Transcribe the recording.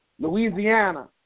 Louisiana